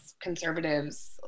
conservatives